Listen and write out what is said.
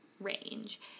Range